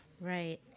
Right